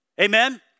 Amen